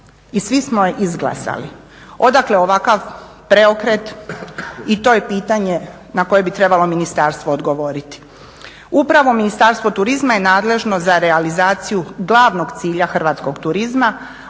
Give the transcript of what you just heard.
i svi smo je izglasali. Odakle ovakav preokret i to je pitanje na koje bi trebalo ministarstvo odgovoriti. Upravo Ministarstvo turizma je nadležno za realizaciju glavnog cilja hrvatskog turizma